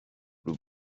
bon